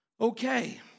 Okay